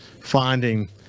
finding